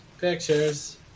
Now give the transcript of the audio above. pictures